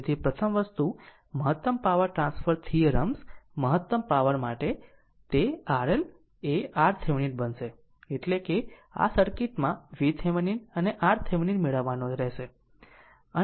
તેથી પ્રથમ વસ્તુ મહત્તમ પાવર ટ્રાન્સફર થીયરમ્સ મહત્તમ પાવર માટે તે RL એ RThevenin બનશે એટલે કે આ સર્કિટ માં VThevenin અને RThevenin મેળવવાનો રહેશે